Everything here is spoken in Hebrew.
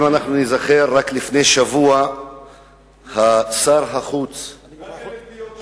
אם ניזכר, רק לפני שבוע שר החוץ רק הנטיות שלה.